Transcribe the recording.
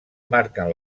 marquen